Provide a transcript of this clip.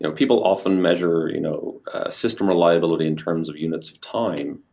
so people often measure you know system reliability in terms of units of time,